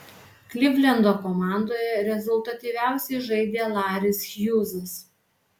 klivlendo komandoje rezultatyviausiai žaidė laris hjūzas